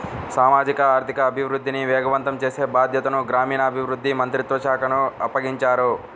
సామాజిక ఆర్థిక అభివృద్ధిని వేగవంతం చేసే బాధ్యతను గ్రామీణాభివృద్ధి మంత్రిత్వ శాఖకు అప్పగించారు